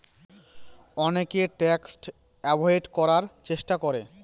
অনেকে tax avoid করার চেষ্টা করে